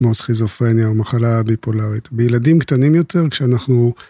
כמו סכיזופניה, מחלה ביפולרית, בילדים קטנים יותר כשאנחנו...